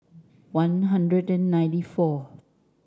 One Hundred and ninety four